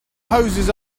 hoses